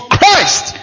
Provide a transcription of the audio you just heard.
Christ